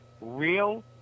real